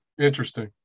Interesting